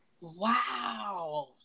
Wow